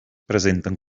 presenten